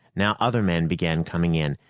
now other men began coming in,